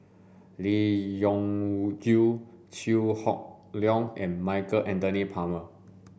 Lee Wrung Yew Chew Hock Leong and Michael Anthony Palmer